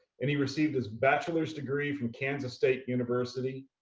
and he received his bachelor's degree from kansas state university